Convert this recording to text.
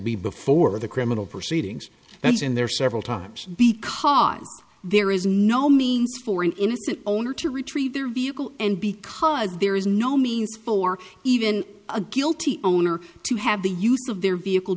be before the criminal proceedings that's in there several times because there is no means for an innocent owner to retrieve their vehicle and because there is no means for even a guilty owner to have the use of their vehicle